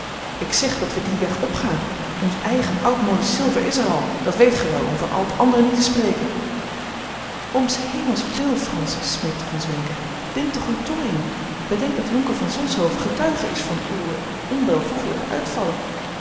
ik zeg dat we dien weg opgaan ons eigen oud modisch zilver is er al dat weet gij wel om van al het andere niet te spreken om s hemels wil francis smeekte von zwenken bind toch uw tong in bedenk dat jonker van zonshoven getuige is van uwe onwelvoegelijke uitvallen